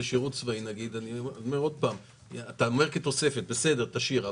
אתה אומר כתוספת, בסדר, תשאיר.